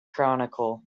chronicle